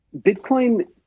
Bitcoin